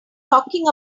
talking